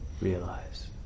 realize